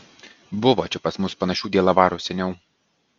buvo čia pas mus panašių dielavarų seniau